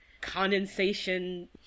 condensation